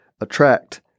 attract